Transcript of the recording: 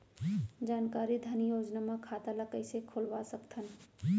जानकारी धन योजना म खाता ल कइसे खोलवा सकथन?